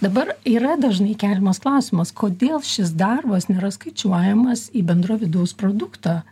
dabar yra dažnai keliamas klausimas kodėl šis darbas nėra skaičiuojamas į bendrą vidaus produktą